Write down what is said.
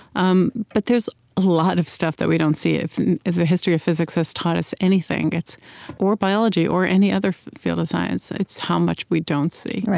um but there's a lot of stuff that we don't see. if the history of physics has taught us anything, it's or biology or any other field of science it's how much we don't see.